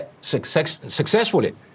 successfully